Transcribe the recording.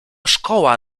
szkoła